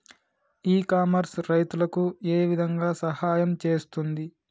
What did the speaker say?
ఇ commerce రైతులకు ఏ విధంగా సహాయం చేస్తుంది?